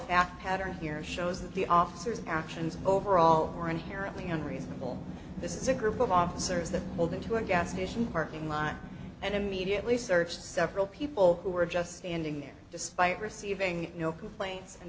fact pattern here shows that the officers actions overall are inherently unreasonable this is a group of officers that pulled into a gas station parking lot and immediately searched several people who were just standing there despite receiving no complaints and